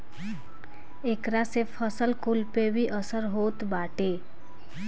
एकरा से फसल कुल पे भी असर होत बाटे